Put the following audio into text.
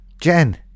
Jen